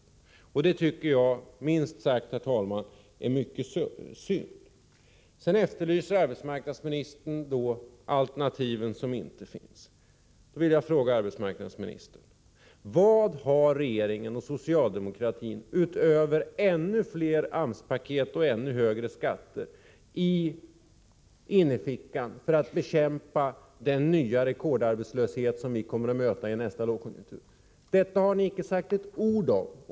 Det tycker jag är minst sagt synd, herr talman. Arbetsmarknadsministern efterlyser de alternativ som inte finns. Jag vill fråga arbetsmarknadsministern: Vad har regeringen och socialdemokratin, utöver ännu fler AMS-paket och ännu högre skatter, i innerfickan för att bekämpa den nya rekordarbetslöshet som ni kommer att möta i nästa lågkonjunktur? Detta har ni inte sagt ett ord om.